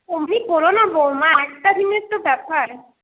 ওমনি করো না বৌমা একটা দিনের তো ব্যাপার